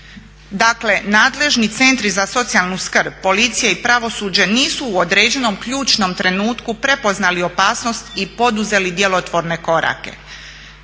Dakle nadležni centri za socijalnu skrb, policije i pravosuđe nisu u određenom ključnom trenutku prepoznali opasnost i poduzeli djelotvorne korake.